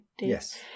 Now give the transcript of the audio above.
Yes